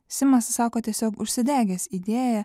simas sako tiesiog užsidegęs idėja